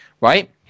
right